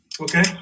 Okay